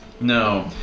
No